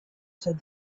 said